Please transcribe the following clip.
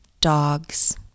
dogs